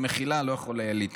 מחילה, אני לא יכול להתלונן.